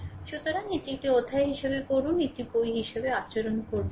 সুতরাং এটি একটি অধ্যায় হিসাবে পড়ুন একটি বই হিসাবে আচরণ করবেন না